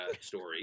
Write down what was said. story